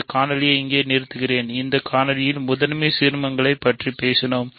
இந்த காணொளிவை இங்கே நிறுத்துகிறேன் இந்த காணொளியில் முதன்மை சீர்மசெயல்களைப் பற்றி பேசினோம்